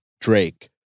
Drake